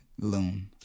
Loon